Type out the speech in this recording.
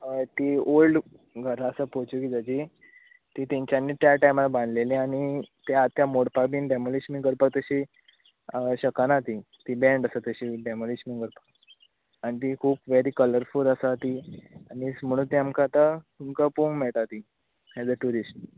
हय ती ओल्ड घरां आसा पोर्तूगीजाची ती तेंच्यानी त्या टायमार बांदलेली आनी ती आतां मोडपाक बीन डेमोलीश करपाक बीन शकना ती ती बॅड आसा तशी डेमोलीश आनी ती खूब वेरी कलरफूल आसा ती आनी म्हणून ती आतां तुमकां पळोवंक मेळटा ती एज अ ट्यूरीस्ट